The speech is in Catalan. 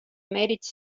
mèrits